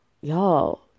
y'all